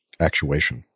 actuation